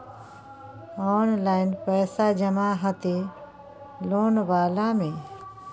Online पैसा जमा हते लोन वाला में?